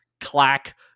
clack